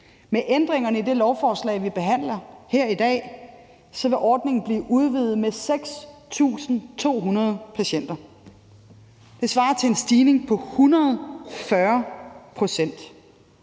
Med ændringerne i det lovforslag, vi behandler her i dag, vil ordningen blive udvidet med 6.200 patienter. Det svarer til en stigning på 140 pct.